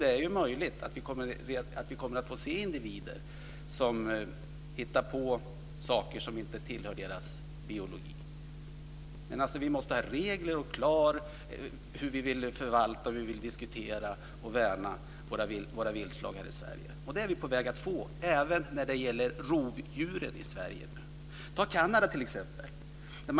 Det är möjligt att vi kommer att få se individer som hittar på saker som inte tillhör deras biologi, men vi måste ha regler för hur vi ska förvalta och värna våra viltslag här i Sverige. Vi är på väg att få sådana regler även när det gäller rovdjuren här i Sverige. Se t.ex. på Kanada!